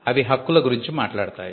అవి హక్కుల గురించి మాట్లాడతాయి